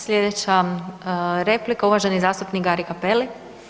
Slijedeća replika, uvaženi zastupnik Gari Cappelli.